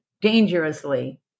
dangerously